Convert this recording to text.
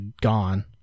gone